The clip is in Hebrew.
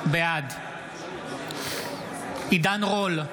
בעד עידן רול,